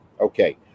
Okay